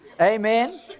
Amen